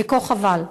וכה חבל.